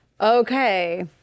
Okay